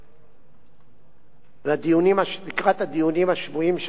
לקראת הדיונים השבועיים עם נשיאת בית-המשפט העליון,